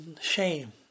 shame